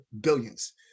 Billions